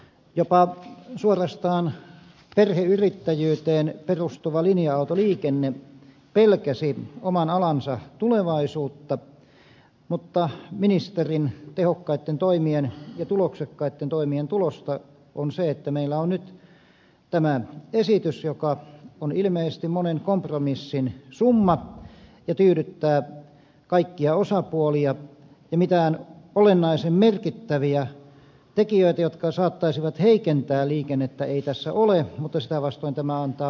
jopa suorastaan perheyrittäjyyteen perustuva linja autoliikenne pelkäsi oman alansa tulevaisuutta mutta ministerin tehokkaitten ja tuloksekkaitten toimien tulosta on se että meillä on nyt tämä esitys joka on ilmeisesti monen kompromissin summa ja tyydyttää kaikkia osapuolia ja mitään olennaisen merkittäviä tekijöitä jotka saattaisivat heikentää liikennettä ei tässä ole mutta sitä vastoin tämä antaa mahdollisuuksia